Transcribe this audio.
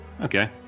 Okay